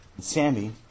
Sammy